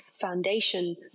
foundation